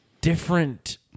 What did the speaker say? different